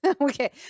Okay